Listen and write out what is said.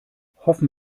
hoffen